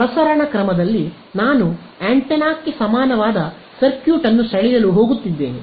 ಆದ್ದರಿಂದ ಪ್ರಸರಣ ಕ್ರಮದಲ್ಲಿ ನಾನು ಆಂಟೆನಾಕ್ಕೆ ಸಮಾನವಾದ ಸರ್ಕ್ಯೂಟ್ ಅನ್ನು ಸೆಳೆಯಲು ಹೋಗುತ್ತಿದ್ದೇನೆ